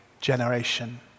generation